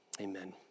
Amen